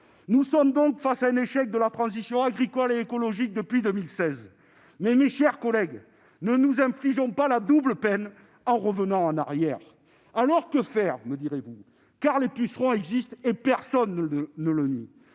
Nous sommes donc face à un échec de la transition agricole et écologique depuis 2016. Mais, mes chers collègues, ne nous infligeons pas la double peine en revenant en arrière ! Que faire alors, me direz-vous ? Les pucerons existent- personne ne le nie